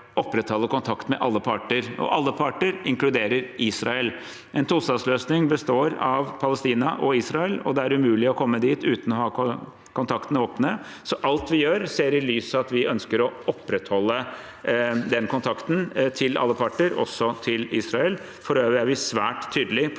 opprettholder kontakt med alle parter. Alle parter inkluderer Israel. En tostatsløsning består av Palestina og Israel, og det er umulig å komme dit uten å ha kontaktene åpne. Alt vi gjør, ser vi i lys av at vi ønsker å opprettholde den kontakten med alle parter, også med Israel. For øvrig er vi svært tydelige på